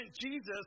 Jesus